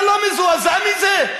אתה לא מזועזע מזה?